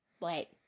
Wait